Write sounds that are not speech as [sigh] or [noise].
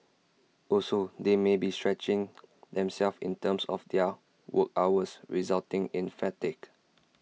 also they may be stretching [noise] themselves in terms of their work hours resulting in fatigue